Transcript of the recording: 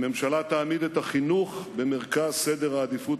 הממשלה תעמיד את החינוך במרכז סדר העדיפויות